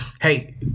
Hey